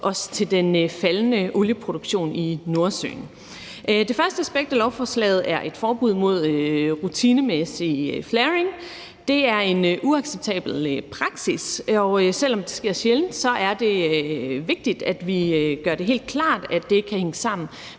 os til den faldende olieproduktion i Nordsøen. Det første aspekt af lovforslaget er et forbud mod rutinemæssig flaring. Det er en uacceptabel praksis, og selv om det sker sjældent, er det vigtigt, at vi gør det helt klart, at det ikke kan hænge sammen